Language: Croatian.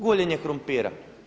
Guljenje krumpira.